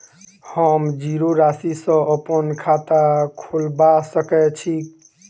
हम जीरो राशि सँ अप्पन खाता खोलबा सकै छी?